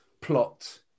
plot